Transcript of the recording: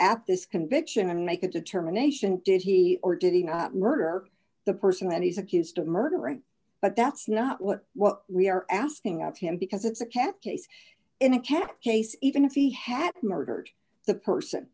at this conviction and make a determination did he or did he not murder the person that he's accused of murdering but that's not what what we are asking because it's a cat case in a cat case even if he had murdered the person